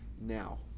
Now